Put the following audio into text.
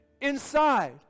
inside